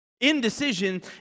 Indecision